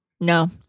No